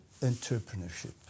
entrepreneurship